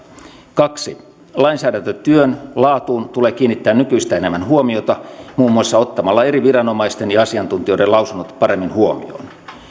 kaksi lainsäädäntötyön laatuun tulee kiinnittää nykyistä enemmän huomiota muun muassa ottamalla eri viranomaisten ja asiantuntijoiden lausunnot paremmin huomioon